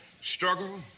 struggle